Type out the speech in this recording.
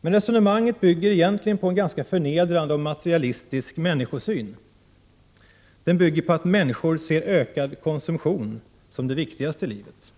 Men resonemanget bygger på en förnedrande och materialistisk människosyn. Den bygger på att människor ser ökad konsumtion som det viktigaste i livet.